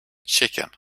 chicken